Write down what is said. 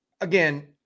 again